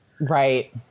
Right